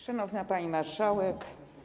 Szanowna Pani Marszałek!